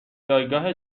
جایگاه